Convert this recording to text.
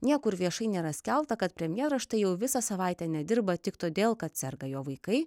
niekur viešai nėra skelbta kad premjeras štai jau visą savaitę nedirba tik todėl kad serga jo vaikai